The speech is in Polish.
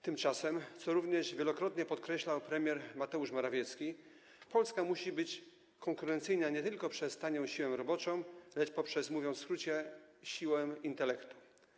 Tymczasem - co również wielokrotne podkreślał premier Mateusz Morawiecki - Polska musi być konkurencyjna nie tylko poprzez tanią siłę roboczą, lecz również poprzez, mówiąc w skrócie, siłę intelektu.